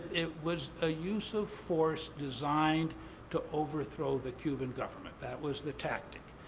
it was a use of force designed to overthrow the cuban government. that was the tactic.